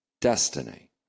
destiny